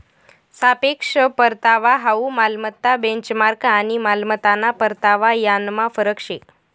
सापेक्ष परतावा हाउ मालमत्ता बेंचमार्क आणि मालमत्ताना परतावा यानमा फरक शे